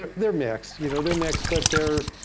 they're they're mixed, you know, they're mixed, but they're,